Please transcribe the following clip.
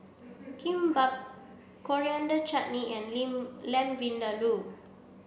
Kimbap Coriander Chutney and Lin Lamb Vindaloo